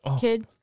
kid